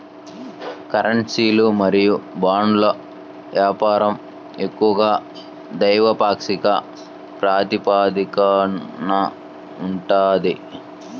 కరెన్సీలు మరియు బాండ్ల వ్యాపారం ఎక్కువగా ద్వైపాక్షిక ప్రాతిపదికన ఉంటది